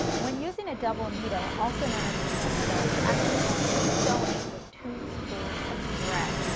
when using a double needle also known as the twin needle, you are actually going to be sewing with two spools of thread.